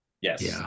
Yes